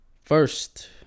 first